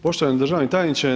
Poštovani državni tajniče.